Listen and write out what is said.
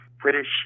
British